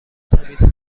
تمیز